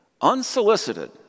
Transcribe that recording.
unsolicited